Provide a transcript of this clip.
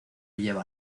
lleva